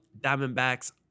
Diamondbacks